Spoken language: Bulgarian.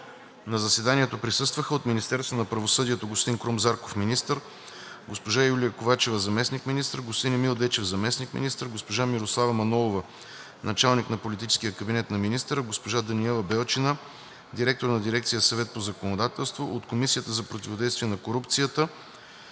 На заседанието присъстваха: от Министерството на правосъдието: господин Крум Зарков – министър, госпожа Юлия Ковачева – заместник-министър, господин Емил Дечев – заместник министър, госпожа Мирослава Манолова – началник на политическия кабинет на министъра, госпожа Даниела Белчина –директор на дирекция „Съвет по законодателство“; от Комисията за противодействие на корупцията